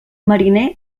mariner